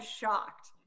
shocked